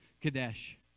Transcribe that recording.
Kadesh